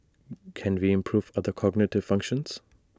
can we improve other cognitive functions